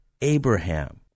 Abraham